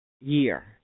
year